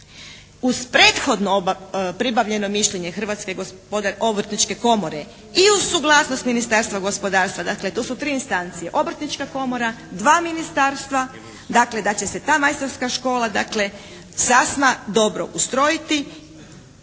uz prethodno pribavljeno mišljenje Hrvatske obrtničke komore i uz suglasnost Ministarstva gospodarstva dakle, to su tri instancije, Obrtnička komora, dva ministarstva dakle da će se ta majstorska škola sasma dobro ustrojiti